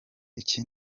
iki